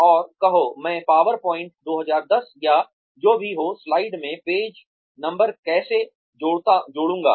और कहो मैं PowerPoint 2010 या जो भी हो स्लाइड में पेज नंबर कैसे जोड़ूंगा